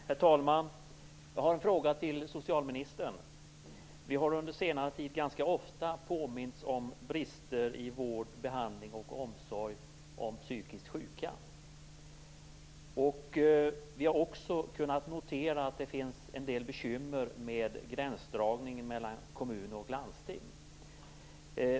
Herr talman! Jag har en fråga till socialministern. Vi har under senare tid ganska ofta påmints om brister i vår behandling och omsorg om psykiskt sjuka. Vi har också kunnat notera att det finns en del bekymmer med gränsdragningen mellan kommuner och landsting.